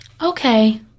Okay